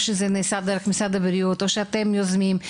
זה נעשה דרך משרד הבריאות או שאתם יוזמים?